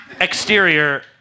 Exterior